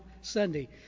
Sunday